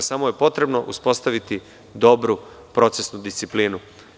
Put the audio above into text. Samo je potrebno uspostaviti dobru procesnu disciplinu.